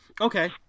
Okay